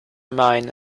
mine